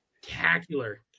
spectacular